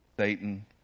Satan